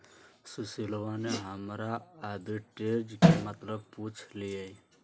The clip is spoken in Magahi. सुशीलवा ने हमरा आर्बिट्रेज के मतलब पूछ लय